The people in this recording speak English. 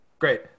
great